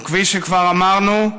וכפי שכבר אמרנו,